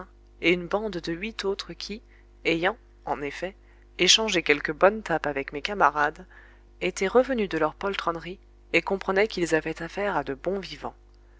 et une bande de huit autres qui ayant en effet échangé quelques bonnes tapes avec mes camarades étaient revenus de leur poltronnerie et comprenaient qu'ils avaient affaire à de bons vivants